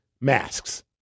masks